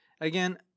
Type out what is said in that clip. Again